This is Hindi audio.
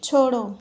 छोड़ो